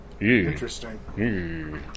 interesting